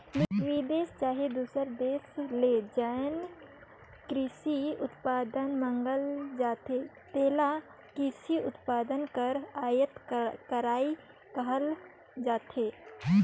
बिदेस चहे दूसर देस ले जेन किरसी उत्पाद मंगाल जाथे तेला किरसी उत्पाद कर आयात करई कहल जाथे